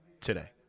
today